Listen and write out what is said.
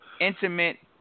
intimate